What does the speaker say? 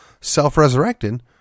self-resurrected